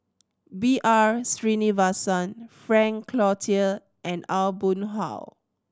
B R Sreenivasan Frank Cloutier and Aw Boon Haw